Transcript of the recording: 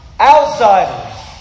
outsiders